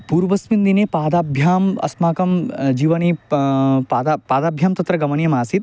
पूर्वस्मिन् दिने पादाभ्याम् अस्माकं जीवने पा पादः पादाभ्यां तत्र गमनीयमासीत्